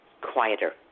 quieter